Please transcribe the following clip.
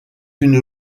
une